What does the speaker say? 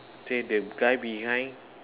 say the guy behind